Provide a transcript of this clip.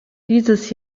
dieses